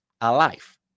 alive